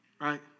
Right